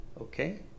Okay